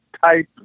type